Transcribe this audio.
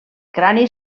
crani